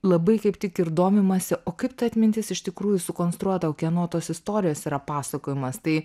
labai kaip tik ir domimasi o kaip ta atmintis iš tikrųjų sukonstruota o kieno tos istorijos yra pasakojamos tai